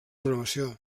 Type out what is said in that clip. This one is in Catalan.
programació